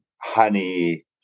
honey